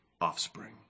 offspring